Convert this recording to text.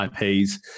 ips